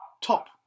top